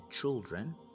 children